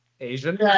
Asian